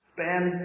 Spend